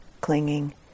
clinging